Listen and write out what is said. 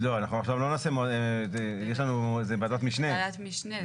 זה ועדת משנה.